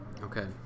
Okay